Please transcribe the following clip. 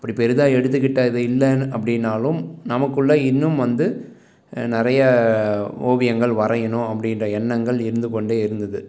அப்படி பெரிதாக எடுத்துக்கிட்டது இல்லைனு அப்படின்னாலும் நமக்குள்ளே இன்னும் வந்து நிறைய ஓவியங்கள் வரையணும் அப்படின்ற எண்ணங்கள் இருந்துக்கொண்டு இருந்துது